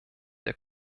der